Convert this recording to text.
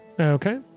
Okay